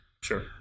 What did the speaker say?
sure